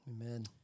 Amen